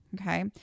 Okay